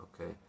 okay